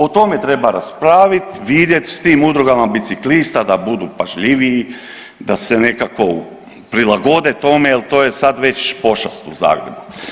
O tome treba raspraviti, vidjeti, s tim udrugama biciklista da budu pažljiviji, da se nekako prilagode tome jer to je sad već pošast u Zagrebu.